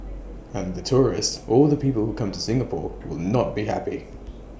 and the tourists or the people who come to Singapore will not be happy